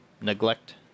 neglect